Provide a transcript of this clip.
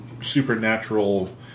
supernatural